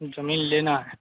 जमीन लेना है